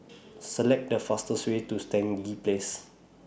Select The fastest Way to Stangee Place